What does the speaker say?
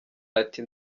ati